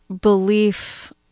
belief